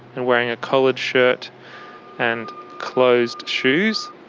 and wearing a collared shirt and closed shoes.